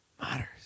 matters